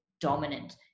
dominant